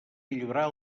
millorar